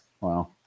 Wow